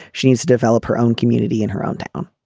she needs to develop her own community in her own town.